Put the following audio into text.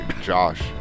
Josh